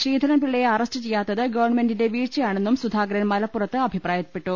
ശ്രീധരൻപിള്ളയെ arrest ചെയ്യാത്തത് ഗവൺമെന്റിന്റെ വീഴ്ചയാണെന്നും സുധാകരൻ മലപ്പുറത്ത് അഭിപ്രായപ്പെട്ടു